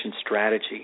strategy